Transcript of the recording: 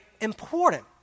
important